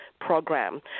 program